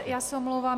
Já se omlouvám.